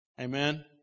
Amen